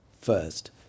first